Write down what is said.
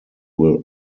will